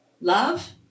love